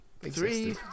Three